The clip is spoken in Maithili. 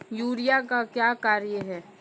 यूरिया का क्या कार्य हैं?